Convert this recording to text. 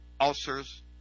ulcers